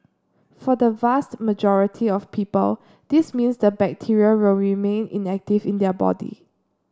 for the vast majority of people this means the bacteria will remain inactive in their body